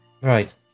Right